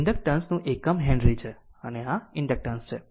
inductance નું એકમ henry છે અને ઇન્ડક્ટન્સ છે